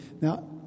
Now